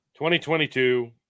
2022